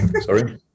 Sorry